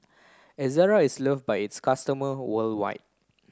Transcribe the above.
Ezerra is loved by its customer worldwide